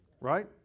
Right